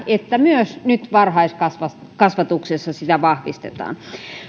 että nyt myös varhaiskasvatuksessa sitä vahvistetaan